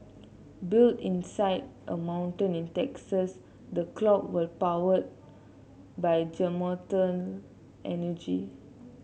built inside a mountain in Texas the clock will powered by geothermal energy